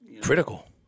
Critical